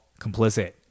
complicit